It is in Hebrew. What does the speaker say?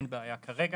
אין בעיה כרגע.